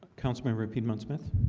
councilmember piedmon smith